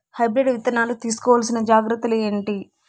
Hybrid విత్తనాలు తీసుకోవాల్సిన జాగ్రత్తలు ఏంటి?